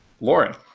Lauren